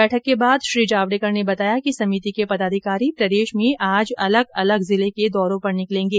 बैठक के बाद श्री जावडेकर ने बताया कि समिति के पदाधिकारी प्रदेश में आज अलग अलग जिले के दौरो पर निकलेंगे